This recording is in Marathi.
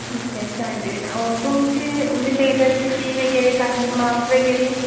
ठीक आहे चालेल तुमची म्हणजे टेलरची फी वगैरे काही माप वगैरे